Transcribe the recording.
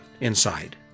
inside